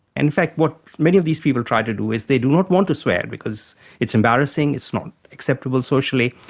in fact what many of these people try to do is they do not want to swear because it's embarrassing, it's not acceptable socially,